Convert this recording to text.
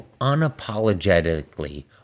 unapologetically